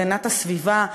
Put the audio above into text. הגנת הסביבה,